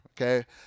okay